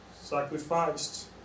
sacrificed